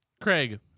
Craig